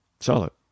Charlotte